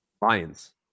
Lions